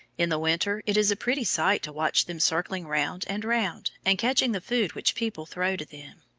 in the winter it is a pretty sight to watch them circling round and round, and catching the food which people throw to them.